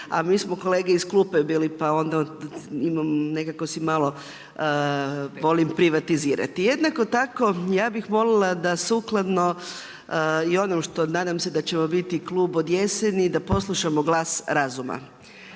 A mi smo kolege iz klupe bile, pa ono imam nekako si malo volim privatizirati. Jednako tako ja bih voljela da sukladno i onom nadam se da ćemo biti klub od jeseni, da poslušamo glas razuma.